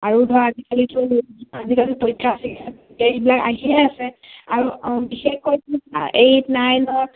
আৰু ধৰা আজিকালিতো আজিকালি পৰীক্ষা চৰীক্ষাত এইবিলাক আহিয়ে আছে আৰু বিশেষকৈ এইট নাইনত